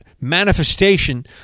manifestation